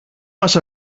μας